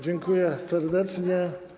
Dziękuję serdecznie.